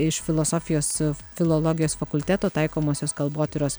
iš filosofijos filologijos fakulteto taikomosios kalbotyros